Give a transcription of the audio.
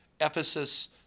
Ephesus